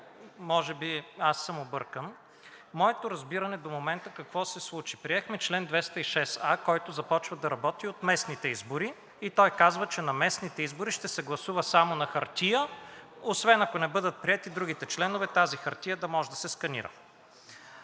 може би аз съм объркан, моето разбиране до момента какво се случи? Приехме чл. 206а, който започва да работи от местните избори, и той казва, че на местните избори ще се гласува само на хартия, освен ако не бъдат приети другите членове тази хартия да може да се сканира.